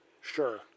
sure